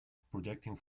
projecting